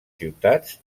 ciutats